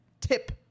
tip